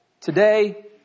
Today